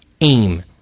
aim